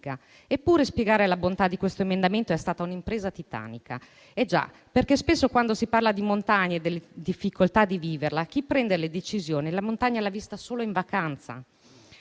Eppure, spiegare la bontà di questo emendamento è stata un'impresa titanica. Eh già, perché spesso quando si parla di montagna e delle difficoltà di viverla, chi prende le decisioni la montagna l'ha vista solo in vacanza,